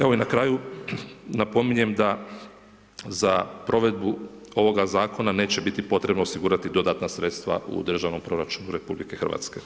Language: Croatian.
Evo, i na kraju napominjem da za provedbu ovoga zakona neće biti potrebno osigurati dodatna sredstva u državnom proračunu RH.